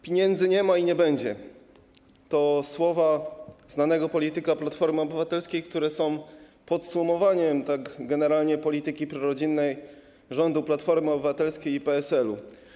Piniędzy nie ma i nie będzie - to słowa znanego polityka Platformy Obywatelskiej, które są generalnie podsumowaniem polityki prorodzinnej rządu Platformy Obywatelskiej i PSL-u.